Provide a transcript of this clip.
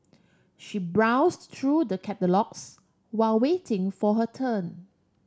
she browsed through the catalogues while waiting for her turn